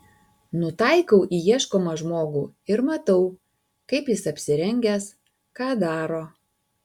nutaikau į ieškomą žmogų ir matau kaip jis apsirengęs ką daro